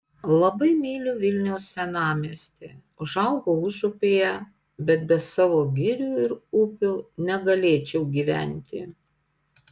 labai myliu vilniaus senamiestį užaugau užupyje bet be savo girių ir upių negalėčiau gyventi